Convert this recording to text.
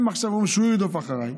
ועכשיו שהוא ירדוף אחריהם,